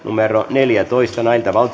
neljätoista